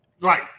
Right